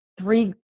three